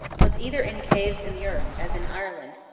was either in caves in the earth, as in ireland,